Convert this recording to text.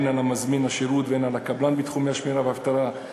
הן על מזמין השירות והן על הקבלן בתחום השמירה והאבטחה,